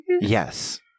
Yes